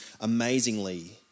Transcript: amazingly